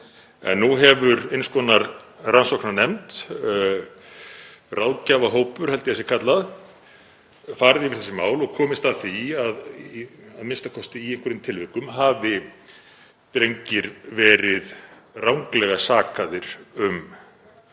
nú hefur eins konar rannsóknarnefnd, ráðgjafahópur held ég að sé kallað, farið yfir þessi mál og komist að því að í a.m.k. í einhverjum tilvikum hafi drengir verið ranglega sakaðir um þessa